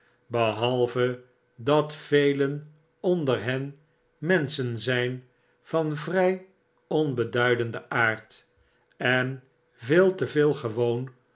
behalve dat velen onder hen menschen zyn van vrj onbeduidenden aard en veel te veel gewoon